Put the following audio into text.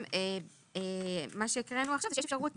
מה שהקראנו עכשיו זה שיש אפשרות